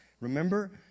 Remember